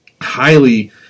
highly